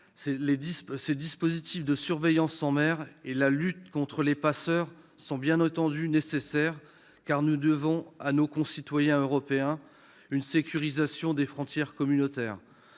Les dispositifs de surveillance en mer et de lutte contre les passeurs sont bien entendu nécessaires, car nous devons à nos concitoyens européens une sécurisation des frontières communautaires.